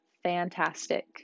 Fantastic